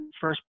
first